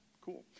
Cool